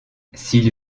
s’il